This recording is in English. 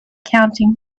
counting